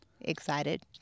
excited